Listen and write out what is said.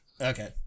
Okay